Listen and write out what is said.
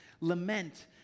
lament